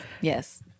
Yes